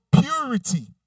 purity